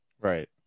Right